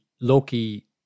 Loki